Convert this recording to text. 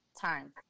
time